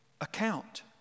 account